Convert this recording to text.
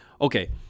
Okay